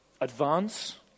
advance